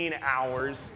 hours